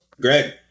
Greg